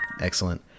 Excellent